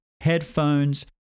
headphones